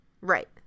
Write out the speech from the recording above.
Right